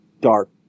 dark